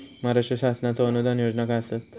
महाराष्ट्र शासनाचो अनुदान योजना काय आसत?